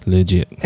Legit